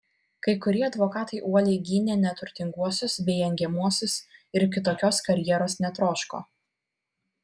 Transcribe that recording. kai kurie advokatai uoliai gynė neturtinguosius bei engiamuosius ir kitokios karjeros netroško